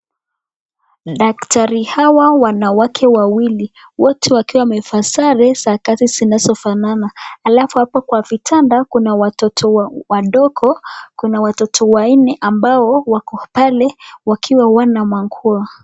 Daktari hawa wanawake wawili wote wakiwa wamevaa sare za kazi zinazo fanana alafu hapa kwa vitanda kuna watoto wawili wadogo. Kuna watoto wanne ambao wako pale wakiwa hawana manguo.